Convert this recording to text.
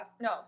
No